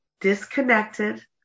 disconnected